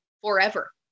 forever